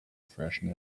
freshen